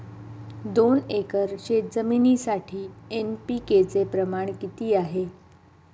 दोन एकर शेतजमिनीसाठी एन.पी.के चे प्रमाण किती आहे?